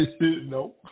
No